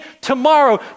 tomorrow